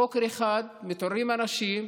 בוקר אחד מתעוררים אנשים,